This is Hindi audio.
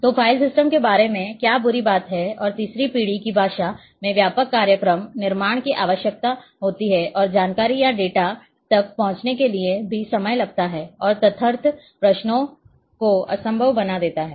तो फ़ाइल सिस्टम के बारे में क्या बुरी बातें हैं और तीसरी पीढ़ी की भाषा में व्यापक कार्यक्रम निर्माण की आवश्यकता होती है और जानकारी या डेटा तक पहुंचने के लिए भी समय लगता है और तदर्थ प्रश्नों को असंभव बना देता है